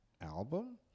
album